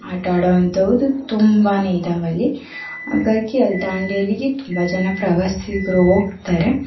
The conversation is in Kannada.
ಆಟಾಡೋವಂತಹದ್ದು ತುಂಬಾನೇ ಇದ್ದಾವಲ್ಲಿ ಹಾಗಾಗಿ ಅಲ್ಲಿ ದಾಂಡೇಲಿಗೆ ತುಂಬ ಜನ ಪ್ರವಾಸಿಗರು ಹೋಗ್ತಾರೆ